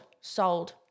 sold